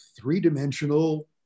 three-dimensional